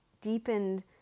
deepened